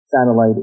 satellite